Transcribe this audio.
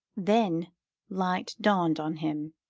then light dawned on him,